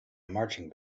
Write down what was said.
marching